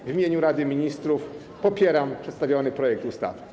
W imieniu Rady Ministrów popieram przedstawiony projekt ustawy.